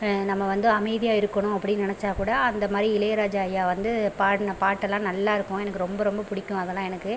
நம்ம வந்து அமைதியாக இருக்கணும் அப்படின்னு நினச்சா கூட அந்த மாதிரி இளையராஜா ஐயா வந்து பாடின பாட்டெல்லாம் நல்லாயிருக்கும் எனக்கு ரொம்ப ரொம்ப பிடிக்கும் அதெலாம் எனக்கு